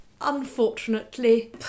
unfortunately